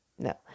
No